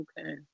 Okay